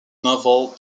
novel